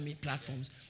platforms